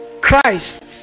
Christ